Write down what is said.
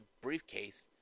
briefcase